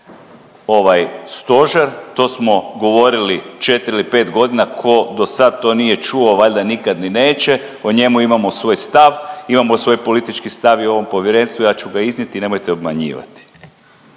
ovaj stožer. To smo govorili 4 ili 5 godina, tko do sad to nije čuo valjda nikad ni neće. O njemu imamo svoj stav, imamo svoj politički stav i o ovom povjerenstvu, ja ću ga iznijeti i nemojte obmanjivati.